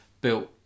built